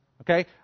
Okay